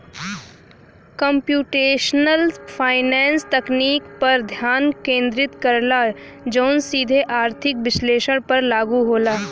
computational finance तकनीक पर ध्यान केंद्रित करला जौन सीधे आर्थिक विश्लेषण पर लागू होला